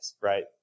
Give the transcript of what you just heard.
right